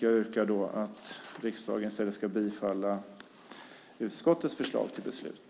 Jag yrkar bifall till utskottets förslag till beslut.